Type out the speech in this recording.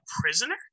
prisoner